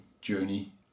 journey